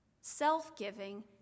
self-giving